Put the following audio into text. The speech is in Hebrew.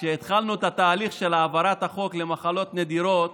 כשהתחלנו את התהליך של העברת החוק למחלות נדירות,